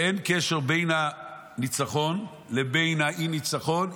ואין קשר בין הניצחון לבין האי-ניצחון,